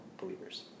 believers